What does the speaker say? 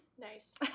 Nice